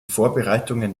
vorbereitungen